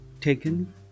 Taken